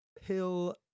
pill